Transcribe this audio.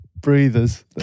breathers